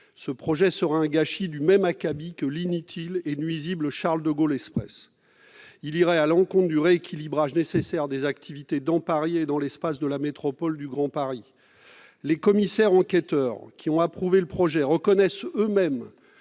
Ce projet sera un gâchis du même acabit que l'inutile et nuisible Charles-de-Gaulle Express, allant à l'encontre du rééquilibrage nécessaire des activités dans Paris et dans l'espace de la métropole du Grand Paris. Les commissaires enquêteurs qui ont approuvé le projet reconnaissent eux-mêmes